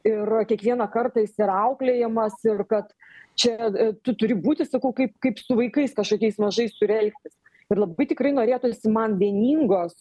ir kiekvieną kartą jis yra auklėjamas ir kad čia tu turi būti sakau kaip kaip su vaikais kažkokiais mažais turi elgtis ir labai tikrai norėtųsi man vieningos